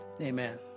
Amen